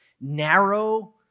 narrow